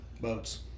Boats